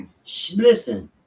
listen